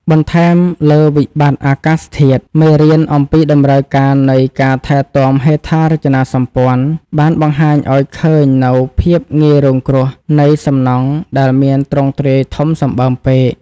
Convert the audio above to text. បន្ថែមលើវិបត្តិអាកាសធាតុ មេរៀនអំពីតម្រូវការនៃការថែទាំហេដ្ឋារចនាសម្ព័ន្ធ បានបង្ហាញឱ្យឃើញនូវភាពងាយរងគ្រោះនៃសំណង់ដែលមានទ្រង់ទ្រាយធំសម្បើមពេក។